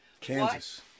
Kansas